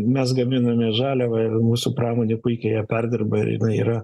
mes gaminame žaliavą ir mūsų pramonė puikiai ją perdirba ir yra